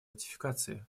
ратификации